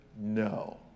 no